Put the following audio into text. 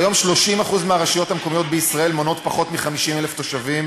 כיום 30% מהרשויות המקומיות בישראל מונות פחות מ-50,000 תושבים,